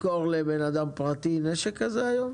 מותר למכור לבן אדם פרטי נשק כזה היום?